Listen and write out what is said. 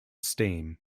steam